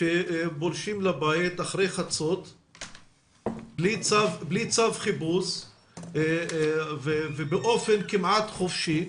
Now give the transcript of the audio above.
שפולשים לבית אחרי חצות בלי צו חיפוש ובאופן כמעט חופשי.